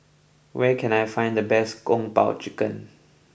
where can I find the best Kung Po Chicken